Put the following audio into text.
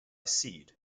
seed